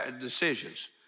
decisions